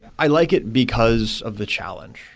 i like it because of the challenge.